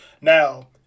Now